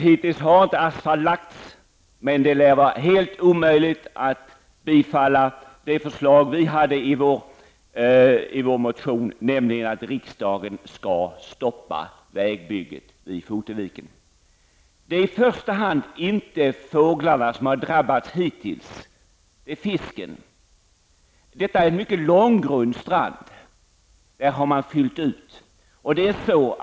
Hittills har inte asfalt lagts, men det lär vara helt omöjligt att bifalla förslaget i vår motion, nämligen att riksdagen skall stoppa vägbygget vid Foteviken. Det är hittills inte i första hand fåglarna som har drabbats, utan fisken. Stranden är mycket långgrund, och där har man gjort utfyllningar.